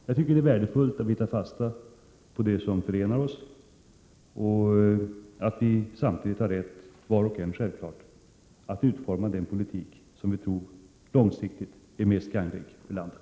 Jag tycker att det är värdefullt att vi tar fasta på det som förenar oss. Men varje parti har samtidigt rätt att utforma den politik man tror är gagnrik för landet på lång sikt.